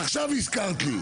עכשיו הזכרת לי.